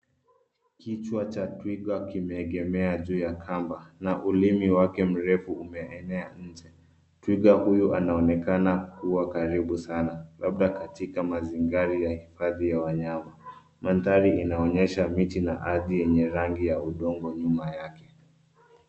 Kichwa cha twiga kimeegemea juu ya kamba na ulimi wake mrefu umeenea nje, twiga huyu anaonekana kuwa karibu sana. labda katika mazingira ya hifathi ya wanyama, mandari inaonyesha miti na arthi yenye rangi ya udongo nyuma yake.